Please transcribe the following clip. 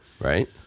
right